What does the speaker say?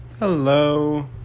Hello